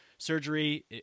surgery